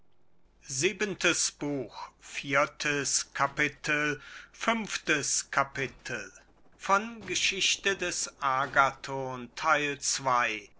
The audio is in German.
viertes kapitel eine kleine abschweifung fünftes kapitel schwachheit des agathon